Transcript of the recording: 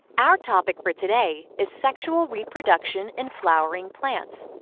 our topic for today is sexual reproduction in flowering plants.